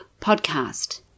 podcast